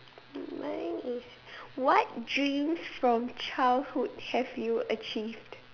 mine is what dream from childhood have you achieved